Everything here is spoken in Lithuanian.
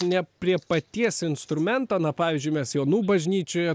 ne prie paties instrumento na pavyzdžiui mes jonų bažnyčioje